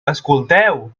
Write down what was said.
escolteu